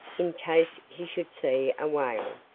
in case he should see a whale.